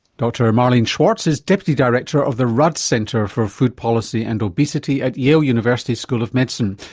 dr marlene schwartz is deputy director of the rudd center for food policy and obesity at yale university school of medicine.